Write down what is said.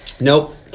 Nope